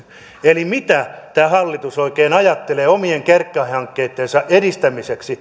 eli mitä tämä hallitus oikein ajattelee omien kärkihankkeittensa edistämisestä